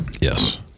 Yes